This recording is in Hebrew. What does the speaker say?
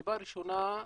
סיבה ראשונה,